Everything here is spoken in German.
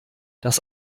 das